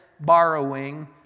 borrowing